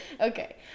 okay